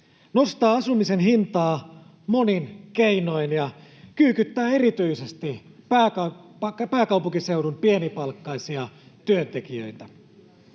nostaa asumisen hintaa monin keinoin ja kyykyttää erityisesti pääkaupunkiseudun pienipalkkaisia työntekijöitä.